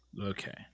Okay